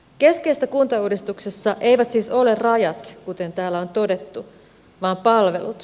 keskeistä kuntauudistuksessa eivät siis ole rajat kuten täällä on todettu vaan palvelut